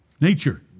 nature